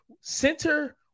Center